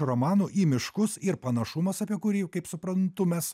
romanų į miškus ir panašumas apie kurį kaip suprantu mes